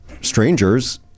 strangers